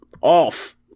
off